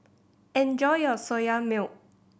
enjoy your Soya Milk